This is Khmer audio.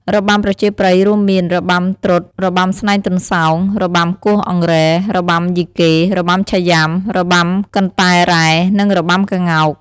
របាំប្រជាប្រិយរួមមាន របាំត្រុដិ, របាំស្នែងទន្សោយ, របាំគោះអង្រែ, របាំយីកេ, របាំឆៃយុំា, របាំកន្តែរ៉ែ, និងរបាំក្ងោក ។